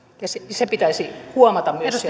se pitäisi huomata myös